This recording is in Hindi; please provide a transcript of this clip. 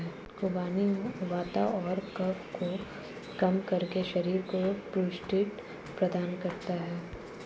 खुबानी वात और कफ को कम करके शरीर को पुष्टि प्रदान करता है